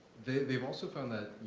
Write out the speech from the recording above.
they've they've also found that,